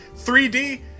3D